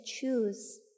choose